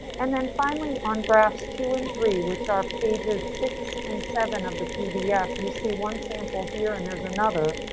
and then finally on graphs two and three, which are pages six and seven of the pdf. you see one sample here, and there's another.